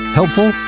helpful